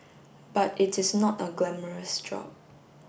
but it is not a glamorous job